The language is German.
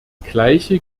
gleiche